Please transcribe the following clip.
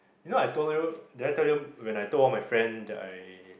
you know I told you did I tell you when I told all my friend that I